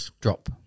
drop